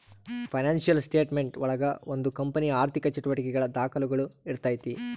financial statement ಒಳಗ ಒಂದು ಕಂಪನಿಯ ಆರ್ಥಿಕ ಚಟುವಟಿಕೆಗಳ ದಾಖುಲುಗಳು ಇರ್ತೈತಿ